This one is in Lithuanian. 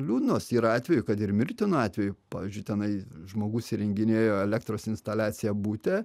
liūdnos yra atvejų kad ir mirtinų atvejų pavyzdžiui tenai žmogus įrenginėjo elektros instaliaciją bute